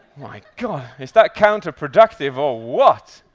my god, is that counterproductive or what?